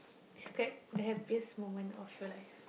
describe the happiest moment of your life